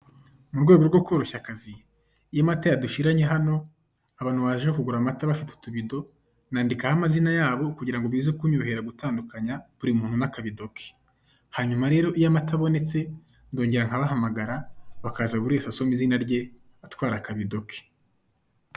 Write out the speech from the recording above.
Mu rwego rwo koroshya akazi iyo amata yadushiranye hano, abantu baje kugura amata bafite utubido, nandikaho amazina yabo kugira ngo bize kunyorohera gutandukanya buri muntu n'akabido ke. Hanyuma rero iyo amata abonetse ndongera nkabahamagara buri wese asoma izina rye atwara akabido ke.